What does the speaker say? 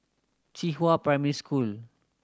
Qihua Primary School